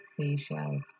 seashells